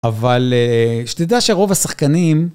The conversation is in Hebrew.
אבל שתדע שרוב השחקנים...